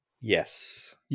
Yes